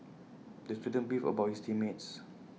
the student beefed about his team mates